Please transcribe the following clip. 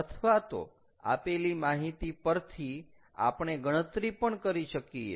અથવા તો આપેલી માહિતી પરથી આપણે ગણતરી પણ કરી શકીએ